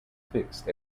fixed